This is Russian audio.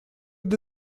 для